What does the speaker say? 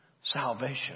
salvation